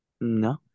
No